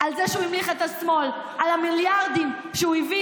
זה שהוא המליך את השמאל, על המיליארדים שהוא הביא